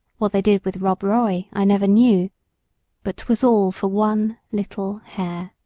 what they did with rob roy i never knew but twas all for one little hare.